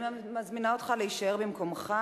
אני מזמינה אותך להישאר במקומך.